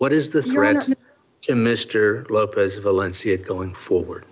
what is the threat to mr lopez valencia going forward